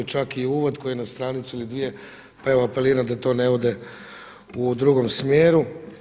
Čak i uvod koji je na stranicu ili dvije, pa evo apeliram da to ne ode u drugom smjeru.